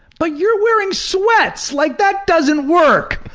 but you're wearing sweats! like that doesn't work!